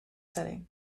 setting